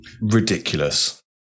Ridiculous